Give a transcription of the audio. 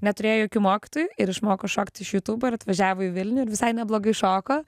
neturėjo jokių mokytojų ir išmoko šokt iš jutubo ir atvažiavo į vilnių ir visai neblogai šoko